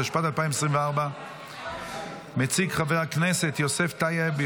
התשפ"ד 2024. יציג חבר הכנסת יוסף טייב,